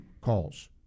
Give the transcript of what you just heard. calls